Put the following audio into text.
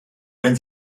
wenn